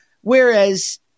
Whereas